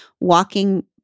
walking